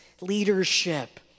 leadership